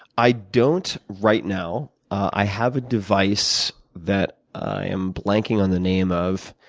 i don't right now. i have a device that i am blanking on the name of,